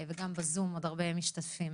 וגם בזום עוד הרבה משתתפים.